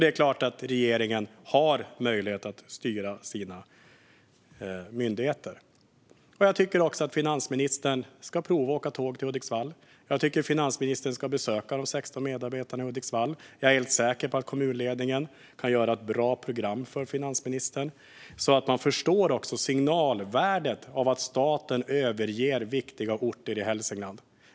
Det är klart att regeringen har möjlighet att styra sina myndigheter. Jag tycker också att finansministern ska provåka tåg till Hudiksvall. Jag tycker att finansministern ska besöka de 16 medarbetarna i Hudiksvall. Jag är helt säker på att kommunledningen kan göra ett bra program för finansministern, så att hon förstår signalvärdet av att staten överger viktiga orter i Hälsingland.